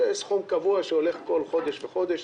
זה סכום קבוע שיורד כל חודש וחודש.